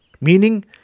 Meaning